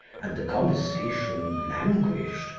and the conversation languished,